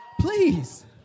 please